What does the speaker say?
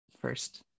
first